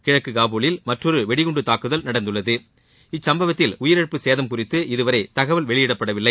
கிழக்கு காபூலில் மற்றொரு வெடிகுண்டு தாக்குதல் நடந்துள்ளது இச்சம்பவத்தில் உயிரிழப்பு சேதம் குறித்து இதுவரை தகவல் வெளியிடப்படவில்லை